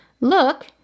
look